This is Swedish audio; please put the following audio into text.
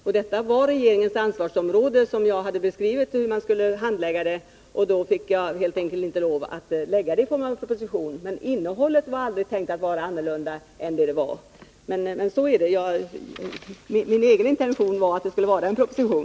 Här gällde det regeringens ansvarsområde, och jag fick helt enkelt inte lov att lägga fram förslaget i form av en proposition. Innehållet har som sagt aldrig varit tänkt att vara något annat än vad det är, men min egen intention var att det skulle vara en proposition.